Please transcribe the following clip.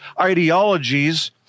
ideologies